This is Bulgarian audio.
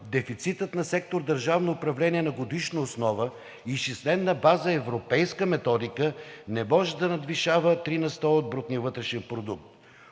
дефицитът на сектор „Държавно управление“ на годишна основа, изчислен на база европейска методика, не може да надвишава 3% от брутния вътрешен продукт.